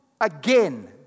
again